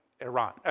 Iran